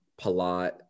Palat